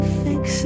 fix